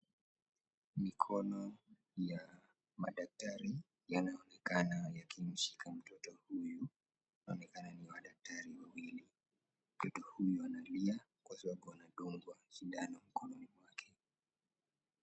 Mikono ya madaktari yanaonekana yakimshika mroro huyu, inaone ni madaktari wawili, mtoto huyu analia kwa sababu anadungwa sindano mkononi mwake.